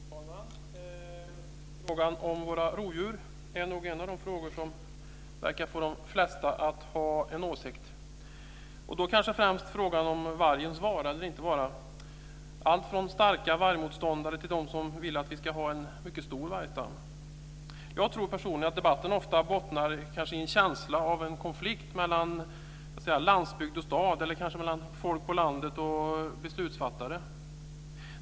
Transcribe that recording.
Fru talman! Frågan om våra rovdjur är nog en av de frågor som de flesta verkar ha en åsikt om, och det gäller kanske främst frågan om vargens vara eller icke vara. Den rymmer allt från starka vargmotståndare till de som vill att vi ska ha en mycket stor vargstam. Personligen tror jag att debatten ofta bottnar i en känsla av konflikt mellan landsbygd och stad, mellan folk på landet och beslutsfattare.